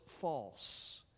false